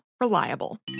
Reliable